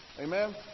Amen